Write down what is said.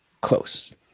Close